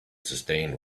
sustained